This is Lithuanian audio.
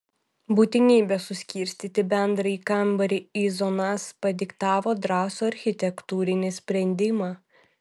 būtinybė suskirstyti bendrąjį kambarį į zonas padiktavo drąsų architektūrinį sprendimą